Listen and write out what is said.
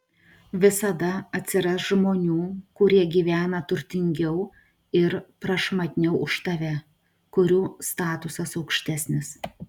visada atsiras žmonių kurie gyvena turtingiau ir prašmatniau už tave kurių statusas aukštesnis